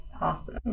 awesome